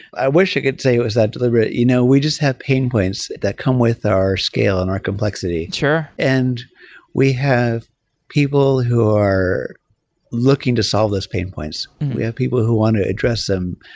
i wish i could say it was that deliberate. you know we just have pain points that come with our scale and our complexity. sure and we have people who are looking to solve these pain points. we have people who want to address them.